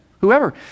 whoever